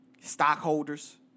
stockholders